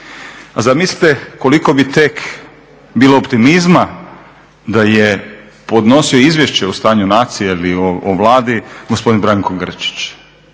zamislite koliko bi tek bilo optimizma da je podnosio izvješće o stanju nacije ili o Vladi gospodin Branko Grčić